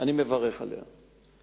אני מברך על כך.